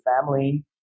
family